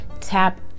tap